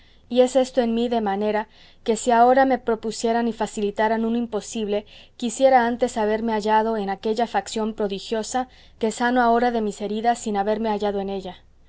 y es esto en mí de manera que si ahora me propusieran y facilitaran un imposible quisiera antes haberme hallado en aquella facción prodigiosa que sano ahora de mis heridas sin haberme hallado en ella